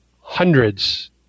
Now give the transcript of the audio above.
hundreds